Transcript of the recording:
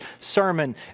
sermon